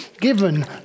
Given